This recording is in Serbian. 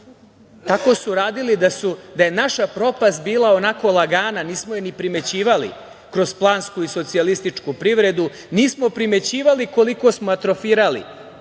tako radili da je naša propast bila onako lagana. Nismo je ni primećivali kroz plansku i socijalističku privredu. Nismo primećivali koliko smo atrofirali